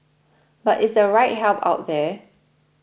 but is their right help out there